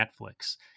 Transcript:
Netflix